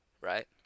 right